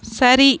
சரி